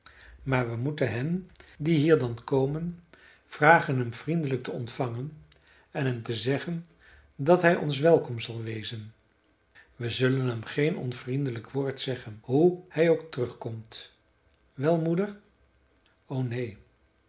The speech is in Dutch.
maar we moeten hen die hier dan komen vragen hem vriendelijk te ontvangen en hem te zeggen dat hij ons welkom zal wezen we zullen hem geen onvriendelijk woord zeggen hoe hij ook terugkomt wel moeder o neen